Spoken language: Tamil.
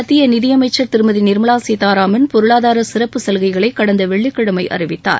மத்திய நிதி அமைச்ச் திருமதி நிர்மலா சீத்தாராமன் பொருளாதாரச் சிறப்பு சலுகைகளை கடந்த வெள்ளிக்கிழமை அறிவித்தார்